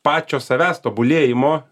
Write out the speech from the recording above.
pačio savęs tobulėjimo